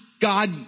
God